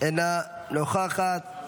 אינה נוכחת.